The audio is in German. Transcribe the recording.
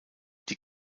die